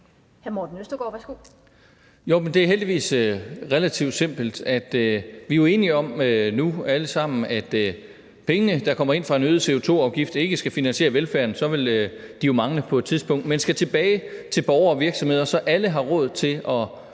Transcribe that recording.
Det er heldigvis relativt simpelt, for vi er jo nu alle sammen enige om, at pengene, der kommer ind fra en øget CO2-afgift, ikke skal finansiere velfærden – for så ville de jo mangle på et tidspunkt – men skal tilbage til borgere og virksomheder, så alle har råd til at